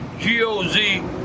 GOZ